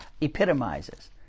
epitomizes